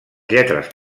lletres